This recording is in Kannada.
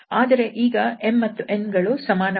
ಆದರೆ ಈಗ 𝑚 ಮತ್ತು 𝑛 ಗಳು ಸಮಾನವಾಗಿಲ್ಲ